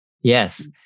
Yes